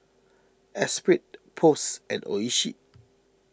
Espirit Post and Oishi